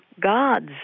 God's